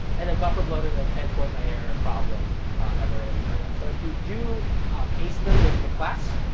and then bufferbloat is a transport layer problem that we're going to be going on. so if you do pace them with the class,